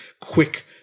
quick